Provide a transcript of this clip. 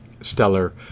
stellar